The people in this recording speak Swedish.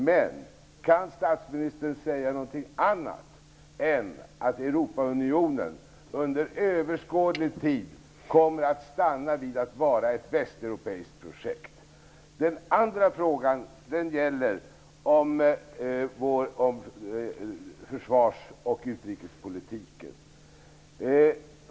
Men kan statsministern säga någonting annat än att Europaunionen under överskådlig tid kommer att stanna vid att vara ett västeuropeiskt projekt? Den andra frågan gäller försvars och utrikespolitiken.